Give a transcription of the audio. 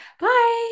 Bye